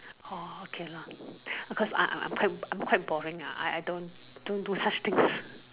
or okay lor because I I I'm quite boring ah I I don't do do such things